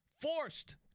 forced